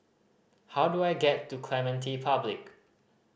how do I get to Clementi Public